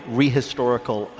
rehistorical